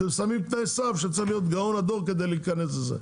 יש תנאי סף כאלה שצריך להיות גאון הדור כדי להיכנס לזה.